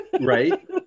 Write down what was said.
Right